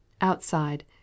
outside